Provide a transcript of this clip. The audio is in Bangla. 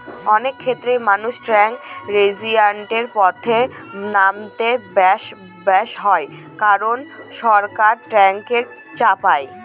অনেক ক্ষেত্রেই মানুষ ট্যাক্স রেজিস্ট্যান্সের পথে নামতে বাধ্য হয় কারন সরকার ট্যাক্স চাপায়